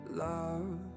Love